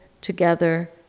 together